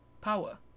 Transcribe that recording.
power